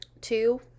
Two